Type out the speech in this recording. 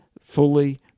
fully